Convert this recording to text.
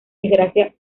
desgracia